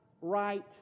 right